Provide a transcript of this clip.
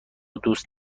دوست